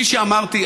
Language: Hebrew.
כפי שאמרתי,